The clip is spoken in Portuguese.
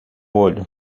olho